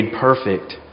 perfect